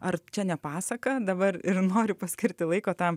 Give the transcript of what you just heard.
ar čia ne pasaka dabar ir noriu paskirti laiko tam